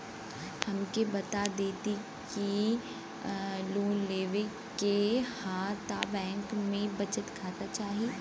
हमके बता देती की लोन लेवे के हव त बैंक में बचत खाता चाही?